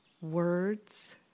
words